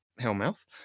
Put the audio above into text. Hellmouth